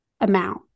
amount